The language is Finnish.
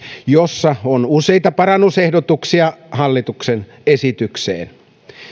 jossa on useita parannusehdotuksia hallituksen esitykseen